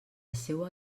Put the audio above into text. seua